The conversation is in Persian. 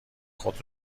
خود